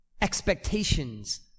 Expectations